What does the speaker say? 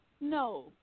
No